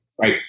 Right